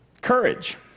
courage